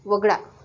वगळा